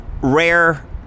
rare